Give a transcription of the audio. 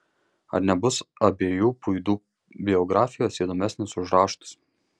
ar nebus abiejų puidų biografijos įdomesnės už raštus